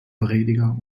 prediger